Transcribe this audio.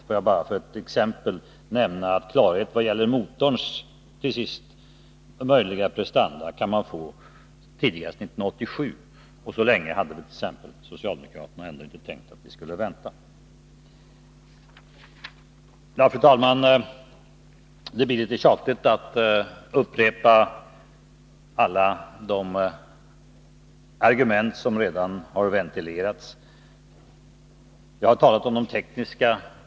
Låt mig bara som exempel nämna att klarhet beträffande vidareutveckling av motorns prestanda kan man få tidigast 1987, och så länge har väl ändå inte socialdemokraterna tänkt vänta. Fru talman! Det blir litet tjatigt att upprepa alla de argument som redan har ventilerats. Själv har jag talat om de tekniska delarna.